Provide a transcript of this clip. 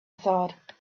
thought